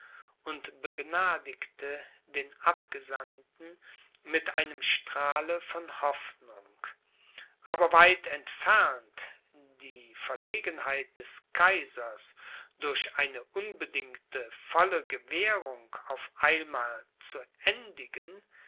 und begnadigte den abgesandten mit einem strahle von hoffnung aber weit entfernt die verlegenheit des kaisers durch eine unbedingte volle gewährung auf einmal zu endigen